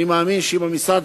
אני מאמין שאם המשרד,